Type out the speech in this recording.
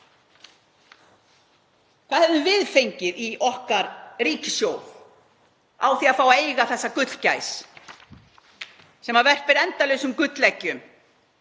Hvað hefðum við fengið í okkar ríkissjóð á því að fá að eiga þessa gullgæs sem verpir endalausum gulleggjum